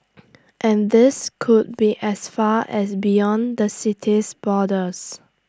and these could be as far as beyond the city's borders